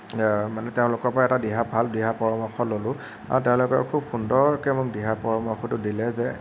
মানে তেওঁলোকৰ পৰা এটা দিহা ভাল দিহা পৰামৰ্শ ললোঁ আৰু তেওঁলোকেও খুব সুন্দৰকৈ মোক দিহা পৰামৰ্শটো দিলে যে